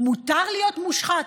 מותר להיות מושחת,